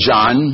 John